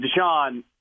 Deshaun